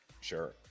Sure